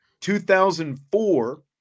2004